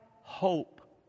hope